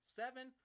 seven